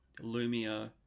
Lumia